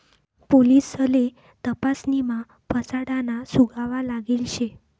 पोलिससले तपासणीमा फसाडाना सुगावा लागेल शे